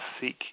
seek